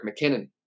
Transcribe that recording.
McKinnon